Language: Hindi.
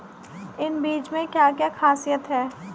इन बीज में क्या क्या ख़ासियत है?